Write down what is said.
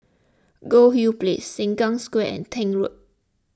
Goldhill Place Sengkang Square and Tank Road